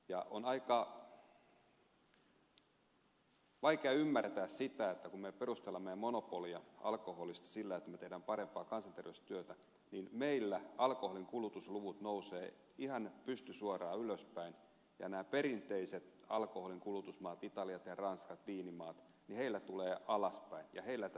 on aika vaikea ymmärtää sitä että kun me perustelemme alkoholimonopolia sillä että me teemme parempaa kansanterveystyötä niin meillä alkoholinkulutusluvut nousevat ihan pystysuoraan ylöspäin ja näillä perinteisillä alkoholinkulutusmailla viinimailla italialla ja ranskalla luvut tulevat alaspäin ja heillä tätä ei ole rajoitettu